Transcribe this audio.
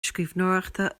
scríbhneoireachta